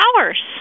hours